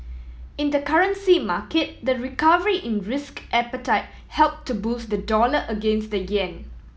in the currency market the recovery in risk appetite helped to boost the dollar against the yen